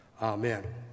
Amen